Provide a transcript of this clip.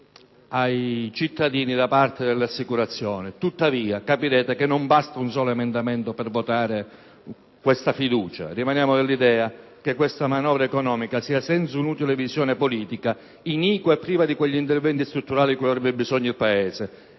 ai cittadini da parte delle assicurazioni. Capirete tuttavia che non basta un solo emendamento per votare la fiducia. Rimaniamo dell'idea che questa manovra economica sia senza una "utile" visione politica, sia iniqua e priva di quegli interventi strutturali di cui avrebbe bisogno il Paese.